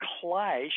clash